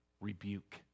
rebuke